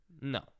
No